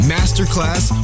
Masterclass